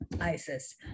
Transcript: Isis